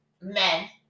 men